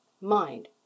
mind